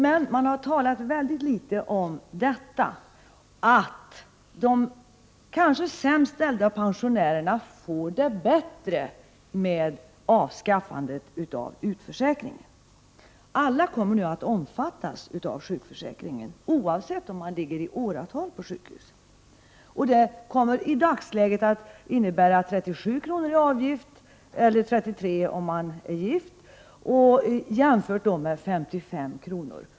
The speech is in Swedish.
Det har talats mycket litet om att de sämst ställda pensionärerna får det bättre med avskaffandet av utförsäkringen. Alla kommer nu att omfattas av sjukförsäkringen oavsett om de ligger i åratal på sjukhus. Detta kommer i dagsläget att betyda 37 kr. i avgift — eller 33 om man är gift — jämfört med 55 kr.